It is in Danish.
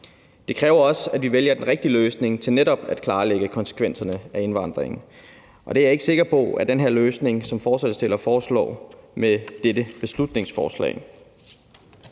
Det kræver også, at vi vælger den rigtige løsning til netop at klarlægge konsekvenserne af indvandringen, og det er jeg ikke sikker på at den her løsning, som forslagsstillerne foreslår med dette beslutningsforslag,